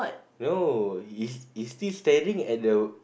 no is is he standing at the